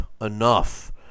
enough